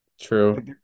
True